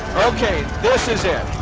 okay, this is it.